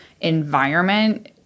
environment